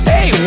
Hey